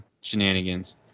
shenanigans